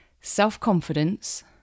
Self-confidence